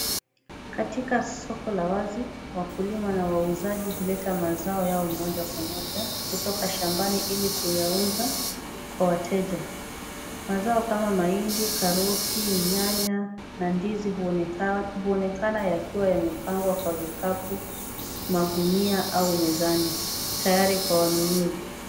Katika soko la wazi, wakulima na wauzaji huleta mazao yao moja kwa moja kutoka shambani ili kuyauza kwa wateja. Mazao kama mahindi, karoti, nyanya na ndizi huonekana yakiwa yamepangwa kwa vikapu, magunia au mezani, tayari kwa wanunuzi.